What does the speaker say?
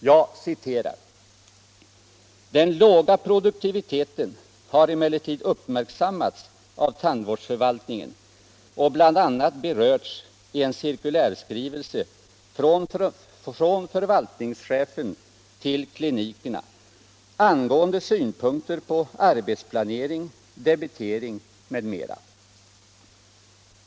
Jag citerar: ”Den låga produktiviteten har emellertid uppmärksammats av tandvårdsförvaltningen och bl.a. berörts i en cirkulärskrivelse från förvaltningschefen till klinikerna angående synpunkter på arbetsplanering, debitering m.m.